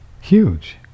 huge